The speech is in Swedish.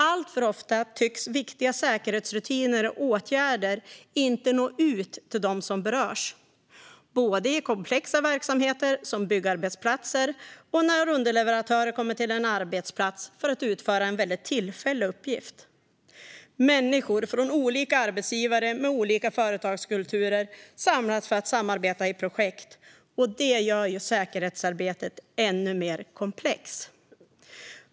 Alltför ofta tycks viktiga säkerhetsrutiner och åtgärder inte nå ut till dem som berörs. Det gäller både i komplexa verksamheter, såsom byggarbetsplatser, och när underleverantörer kommer till en arbetsplats för att utföra en tillfällig uppgift. Människor från olika arbetsgivare med olika företagskulturer samlas för att samarbeta i projekt, och det gör säkerhetsarbetet ännu mer komplext.